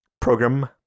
program